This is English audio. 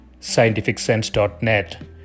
scientificsense.net